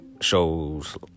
shows